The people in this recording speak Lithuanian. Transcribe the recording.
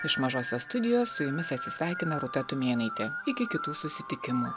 iš mažosios studijos su jumis atsisveikina rūta tumėnaitė iki kitų susitikimų